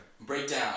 Breakdown